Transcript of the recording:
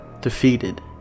defeated